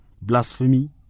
blasphemy